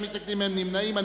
אין מתנגדים ואין נמנעים.